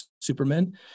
supermen